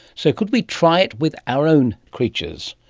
so could we try it with our own creatures?